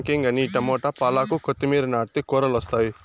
దానికేం గానీ ఈ టమోట, పాలాకు, కొత్తిమీర నాటితే కూరలొస్తాయి